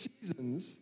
seasons